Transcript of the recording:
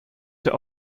der